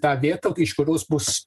ta vieta iš kurios bus